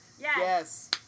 yes